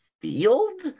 field